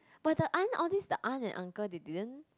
but the aunt all these the aunt and uncle they didn't